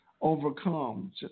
overcome